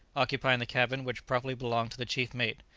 occupying the cabin which properly belonged to the chief mate,